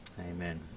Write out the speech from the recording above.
Amen